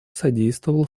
содействовал